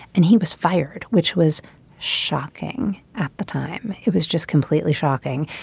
and he was fired which was shocking at the time. it was just completely shocking.